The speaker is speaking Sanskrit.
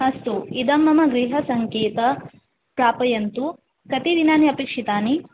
अस्तु इदं मम गृहसङ्केतः प्रापयन्तु कति दिनानि अपेक्षितानि